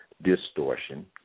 distortion